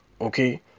Okay